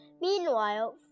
Meanwhile